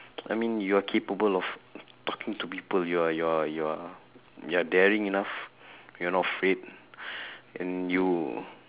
I mean you are capable of talking to people you are you are you are you're daring enough you're not afraid and you